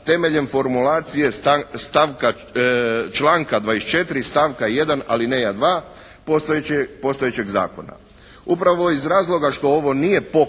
temeljem formulacija članka 24. stavka 1. alineja 2. postojećeg zakona.